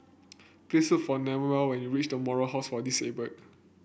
please for Newell when you reach The Moral House for Disabled